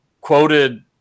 quoted